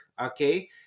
Okay